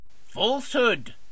Falsehood